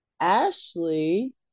Ashley